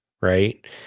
Right